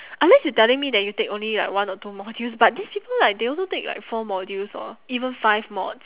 unless you telling me that you take only like one or two modules but these people like they also take like four modules or even five mods